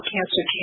Cancer